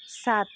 सात